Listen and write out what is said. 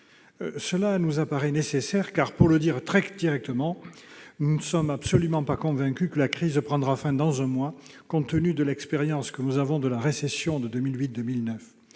Cela nous paraît nécessaire, car, pour le dire très directement, nous ne sommes absolument pas convaincus que la crise prendra fin dans un mois, compte tenu de l'expérience que nous avons de la récession de 2008-2009.